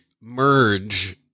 merge